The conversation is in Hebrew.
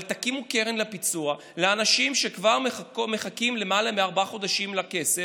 אבל תקימו קרן לפיצוי לאנשים שכבר מחכים למעלה מארבעה חודשים לכסף.